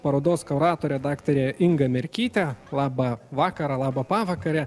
parodos kuratore daktare inga merkyte laba vakarą laba pavakarę